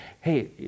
hey